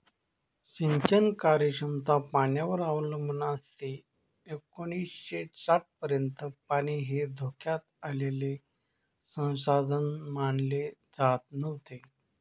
सिंचन कार्यक्षमता पाण्यावर अवलंबून असते एकोणीसशे साठपर्यंत पाणी हे धोक्यात आलेले संसाधन मानले जात नव्हते